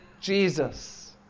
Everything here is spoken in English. Jesus